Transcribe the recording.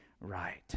right